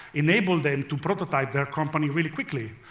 enabled them to prototype their company really quickly.